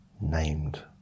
named